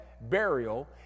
burial